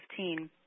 2015